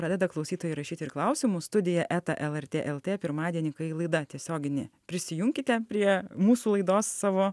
pradeda klausytojai rašyti ir klausimus studija eta lrt lt pirmadienį kai laida tiesioginė prisijunkite prie mūsų laidos savo